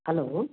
hello